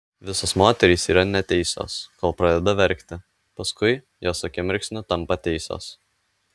visos moterys yra neteisios kol pradeda verkti paskui jos akimirksniu tampa teisios